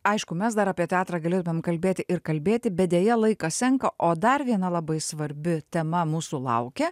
aišku mes dar apie teatrą galėtumėm kalbėti ir kalbėti bet deja laikas senka o dar viena labai svarbi tema mūsų laukia